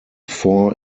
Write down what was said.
four